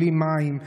בלי מים,